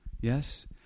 Yes